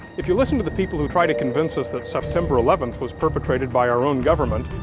if you listen to the people who try to convince us that september eleven was perpetrated by our own government,